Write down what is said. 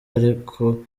ariko